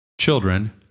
children